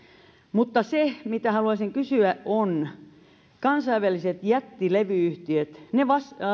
mutta se mistä haluaisin kysyä on kansainväliset jättilevy yhtiöt ne